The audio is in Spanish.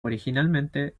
originalmente